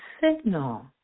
signal